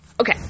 Okay